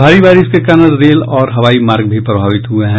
भारी बारिश के कारण रेल और हवाई मार्ग भी प्रभावित हुये हैं